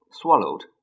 swallowed